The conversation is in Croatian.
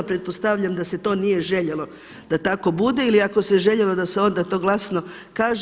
Pretpostavljam da se to nije željelo da tako bude ili ako se željelo da se onda to glasno kaže.